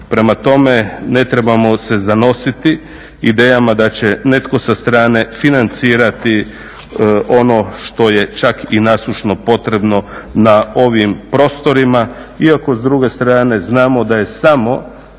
Prema tome, ne trebamo se zanositi idejama da će netko sa strane financirati ono što je čak i nasušno potrebno na ovim prostorima iako s druge strane znamo da je samo